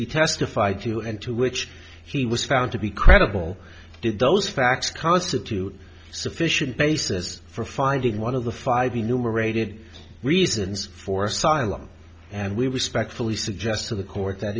he testified to and to which he was found to be credible did those facts constitute sufficient basis for finding one of the five enumerated reasons for asylum and we respectfully suggest to the court that